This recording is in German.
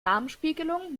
darmspiegelung